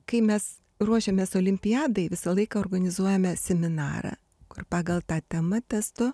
kai mes ruošiamės olimpiadai visą laiką organizuojame seminarą kur pagal tą temą testo